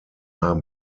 haben